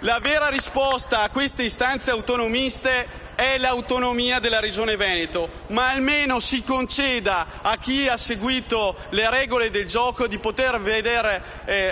La vera risposta alle istanze autonomiste sarebbe l'autonomia della Regione Veneto, ma almeno si conceda a chi ha seguito la regole del gioco di poter vedere